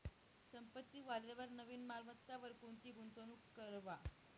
संपत्ती वाढेलवर नवीन मालमत्तावर कोणती गुंतवणूक करवा